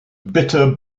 bitter